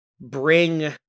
bring